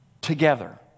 together